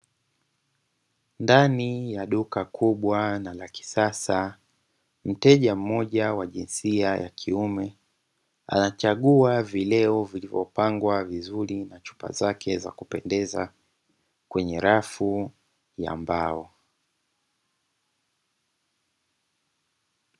Ndani ya duka kubwa na la kisasa, mteja mmoja wa jinsia ya kiume anachagua vileo vilivyopangwa vizuri na chupa zake za kupendeza kwenye rafu ya mbao.